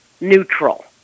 neutral